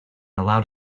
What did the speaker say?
allowed